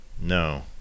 No